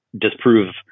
disprove